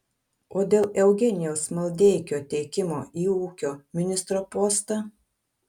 o dėl eugenijaus maldeikio teikimo į ūkio ministro postą